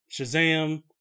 Shazam